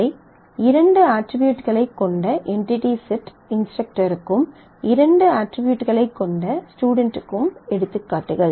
இவை 2 அட்ரிபியூட்களைக் கொண்ட என்டிடி செட் இன்ஸ்டரக்டருக்கும் 2 அட்ரிபியூட்களைக் கொண்ட ஸ்டுடென்ட்க்கும் எடுத்துக்காட்டுகள்